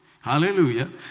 Hallelujah